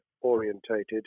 orientated